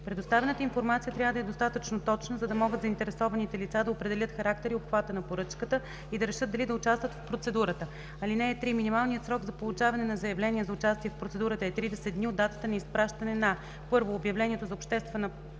Предоставената информация трябва да е достатъчно точна, за да могат заинтересованите лица да определят характера и обхвата на поръчката и да решат дали да участват в процедурата. (3) Минималният срок за получаване на заявления за участие в процедурата е 30 дни от датата на изпращане на: 1. обявлението за обществена